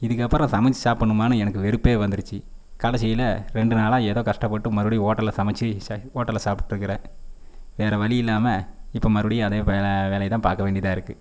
இதுக்கப்பறம் சமைச்சி சாப்பிட்ணுமானு எனக்கு வெறுப்பே வந்துருச்சு கடைசில ரெண்டு நாளாக எதோ கஷ்டப்பட்டு மறுபடி ஓட்டல்ல சமைச்சி ஸாரி ஓட்டல்ல சாப்பிட்டுக்கறேன் வேற வழி இல்லாமல் இப்போ மறுபடியும் அதே வேலை வேலையை தான் பார்க்க வேண்டியதாக இருக்குது